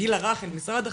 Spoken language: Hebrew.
הגיל הרך אל משרד החינוך,